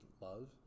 love